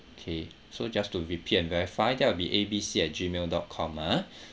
okay so just to repeat and verify that will be A B C at gmail dot com ah